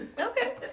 Okay